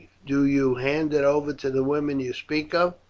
do you hand it over to the woman you speak of,